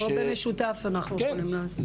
או שאנחנו יכולים לעשות במשותף.